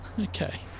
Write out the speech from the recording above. Okay